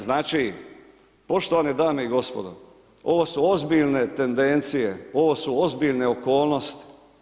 Znači, poštovane dame i gospodo ovo su ozbiljne tendencije, ovo su ozbiljne okolnosti.